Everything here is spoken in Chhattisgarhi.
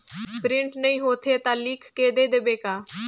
प्रिंट नइ होथे ता लिख के दे देबे का?